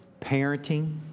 parenting